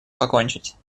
покончить